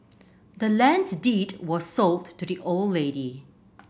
the land's deed was sold to the old lady